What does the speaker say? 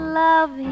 love